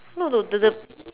no no the the